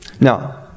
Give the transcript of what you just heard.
Now